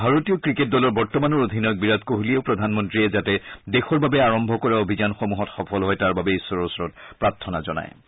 ভাৰতীয় ক্ৰিকেট দলৰ বৰ্তমানৰ অধিনায়ক বিৰাট কোহলীয়েও প্ৰধানমন্ৰীয়ে যাতে দেশৰ বাবে আৰম্ভ কৰা অভিযানসমূহত সফল হয় তাৰ বাবে ঈশ্বৰৰ ওচৰত প্ৰৰ্থনা জনাইছে